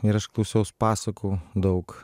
ir aš klausiaus pasakų daug